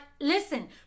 listen